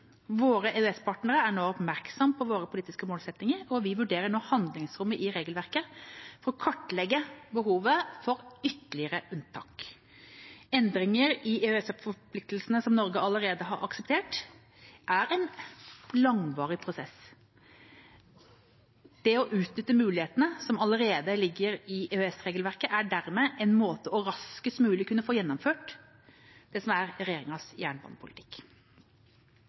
Våre EØS-partnere er nå oppmerksomme på våre politiske målsettinger. Vi vurderer nå handlingsrommet i regelverket for å kartlegge behovet for ytterligere unntak. Endringer i EØS-forpliktelser som Norge allerede har akseptert, er en langvarig prosess. Det å utnytte mulighetene som allerede ligger i EØS-regelverket, er dermed en måte for raskest mulig å kunne få gjennomført